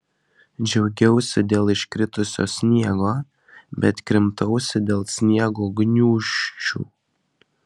džiaugiausi dėl iškritusio sniego bet krimtausi dėl sniego gniūžčių